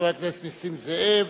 חבר הכנסת נסים זאב.